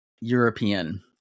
European